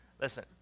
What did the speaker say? Listen